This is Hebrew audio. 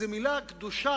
שזו מלה קדושה